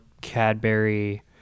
Cadbury